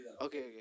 okay